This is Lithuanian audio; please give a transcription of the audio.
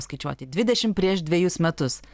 skaičiuoti dvidešim prieš dvejus metus